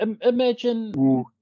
imagine